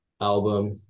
album